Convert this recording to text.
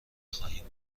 خواهیم